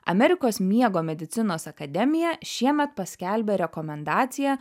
amerikos miego medicinos akademija šiemet paskelbė rekomendaciją